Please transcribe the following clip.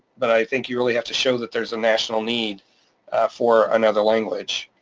but i think you really have to show that there's a national need for another language.